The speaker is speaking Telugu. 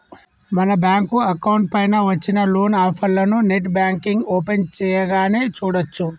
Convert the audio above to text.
మన బ్యాంకు అకౌంట్ పైన వచ్చిన లోన్ ఆఫర్లను నెట్ బ్యాంకింగ్ ఓపెన్ చేయగానే చూడచ్చు